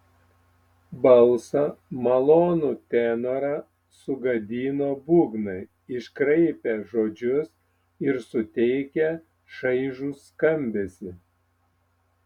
balsą malonų tenorą sugadino būgnai iškraipę žodžius ir suteikę šaižų skambesį